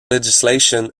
legislation